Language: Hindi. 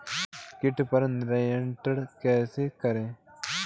कीट पर नियंत्रण कैसे करें?